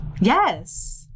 Yes